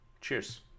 Cheers